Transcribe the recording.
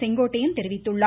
செங்கோட்டையன் தெரிவித்துள்ளார்